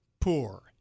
poor